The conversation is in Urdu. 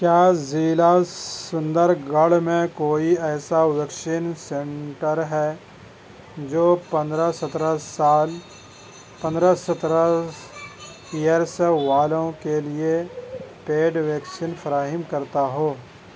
کیا ضلع سندر گڑھ میں کوئی ایسا ویکسین سینٹر ہے جو پندرہ سترہ سال پندرہ سترہ ایئرس والوں کے لیے پیڈ ویکسین فراہم کرتا ہو